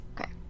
okay